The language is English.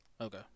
Okay